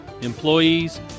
employees